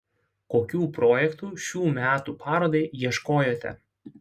kokių projektų šių metų parodai ieškojote